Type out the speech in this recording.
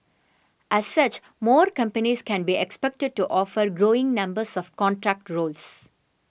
as such more companies can be expected to offer growing numbers of contract roles